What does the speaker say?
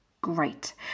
Great